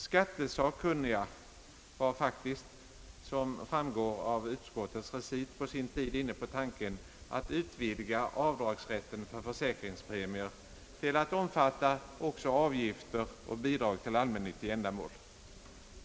Skattesakkunniga var faktiskt, såsom framgår av utskottets recit, på sin tid inne på tanken att utvidga avdragsrätten för försäkringspremier till att omfatta också avgifter för och bidrag till allmännyttiga ändamål.